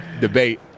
debate